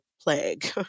plague